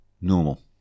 normal